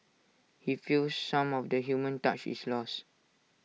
he feels some of the human touch is lost